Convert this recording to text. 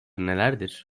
nelerdir